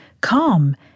calm